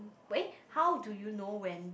how do you know when